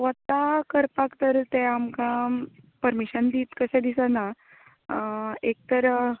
वटा करपाक तर ते आमकां पर्मिशन दीत कशे दिसना एक तर